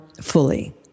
fully